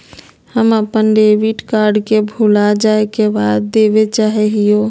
हम अप्पन debit card के भुला जाये के खबर देवे चाहे हियो